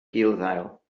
gulddail